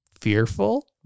Fearful